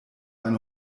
eine